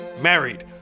married